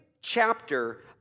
chapter